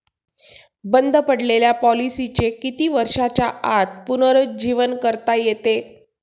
बंद पडलेल्या पॉलिसीचे किती वर्षांच्या आत पुनरुज्जीवन करता येते?